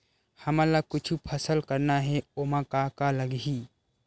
हमन ला कुछु फसल करना हे ओमा का का लगही?